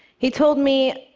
he told me,